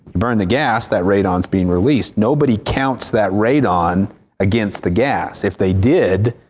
burn the gas that radon being released. nobody counts that radon against the gas. if they did,